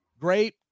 great